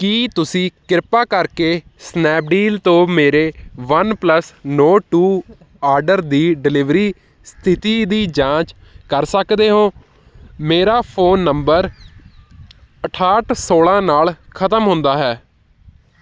ਕੀ ਤੁਸੀਂ ਕਿਰਪਾ ਕਰਕੇ ਸਨੈਪਡੀਲ ਤੋਂ ਮੇਰੇ ਵਨਪਲੱਸ ਨੋਡ ਟੂ ਆਰਡਰ ਦੀ ਡਿਲਿਵਰੀ ਸਥਿਤੀ ਦੀ ਜਾਂਚ ਕਰ ਸਕਦੇ ਹੋ ਮੇਰਾ ਫ਼ੋਨ ਨੰਬਰ ਅਠਾਹਟ ਸੋਲ੍ਹਾਂ ਨਾਲ ਖਤਮ ਹੁੰਦਾ ਹੈ